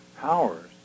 powers